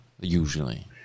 Usually